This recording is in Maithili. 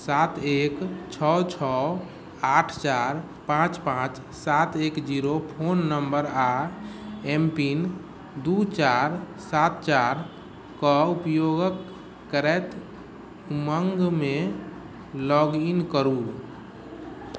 सात एक छओ छओ आठ चारि पाँच पाँच सात एक जीरो फोन नम्बर आओर एम पिन दू चारि सात चारिके उपयोग करैत उमङ्गमे लॉग इन करू